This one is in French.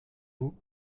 vous